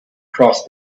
cross